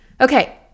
Okay